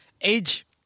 Age